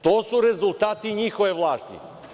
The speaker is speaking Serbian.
To su rezultati njihove vlasti.